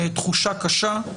תחושה קשה,